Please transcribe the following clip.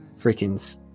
freaking